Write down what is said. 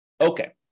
Okay